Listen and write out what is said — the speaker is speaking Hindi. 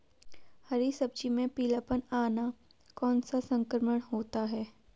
हरी सब्जी में पीलापन आना कौन सा संक्रमण होता है?